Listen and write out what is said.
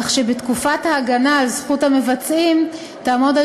כך שתקופת ההגנה על זכות המבצעים תעמוד על